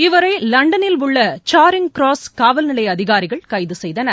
இவரை லண்டனில் உள்ள சேரிங் கிராஸ் காவல்நிலைய அதிகாரிகள் கைது செய்தனர்